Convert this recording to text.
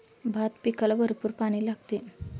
भात पिकाला भरपूर पाणी लागते